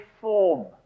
form